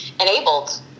enabled